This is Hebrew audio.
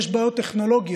יש בעיות טכנולוגיות,